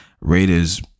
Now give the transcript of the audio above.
raiders